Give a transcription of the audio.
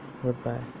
Goodbye